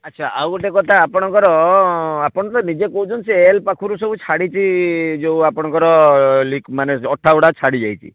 ଆଚ୍ଛା ଆଉ ଗୋଟେ କଥା ଆପଣଙ୍କର ଆପଣ ତ ନିଜେ କହୁଛନ୍ତି ସେ ଏଲ୍ ପାଖରୁ ସବୁ ଛାଡ଼ିଛି ଯୋଉ ଆପଣଙ୍କର ମାନେ ଅଠାଗୁଡ଼ା ଛାଡ଼ିଯାଇଛି